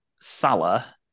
Salah